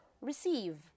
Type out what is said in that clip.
Receive